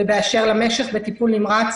ובאשר למשך בטיפול נמרץ